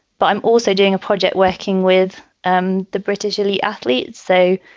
but i'm also doing a project working with um the british elite athletes. so,